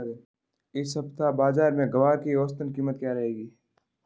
इस सप्ताह बाज़ार में ग्वार की औसतन कीमत क्या रहेगी?